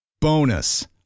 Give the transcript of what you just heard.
Bonus